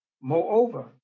Moreover